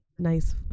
Nice